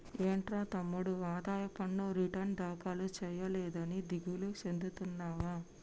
ఏంట్రా తమ్ముడు ఆదాయ పన్ను రిటర్న్ దాఖలు సేయలేదని దిగులు సెందుతున్నావా